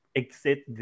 exit